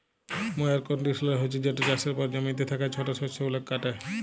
ময়ার কল্ডিশলার হছে যেট চাষের পর জমিতে থ্যাকা ছট শস্য গুলাকে কাটে